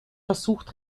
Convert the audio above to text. versucht